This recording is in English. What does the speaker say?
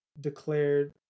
Declared